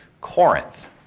Corinth